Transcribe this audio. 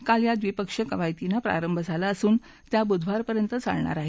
काल या द्विपक्षीय कवायतींना प्रारंभ झाला असून त्या बुधवार पर्यंत चालणार आहेत